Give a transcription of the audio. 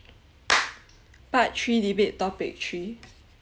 part three debate topic three